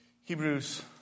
Hebrews